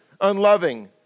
unloving